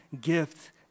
gift